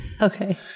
Okay